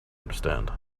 understand